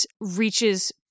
reaches